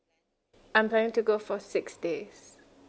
I'm planning to go for six days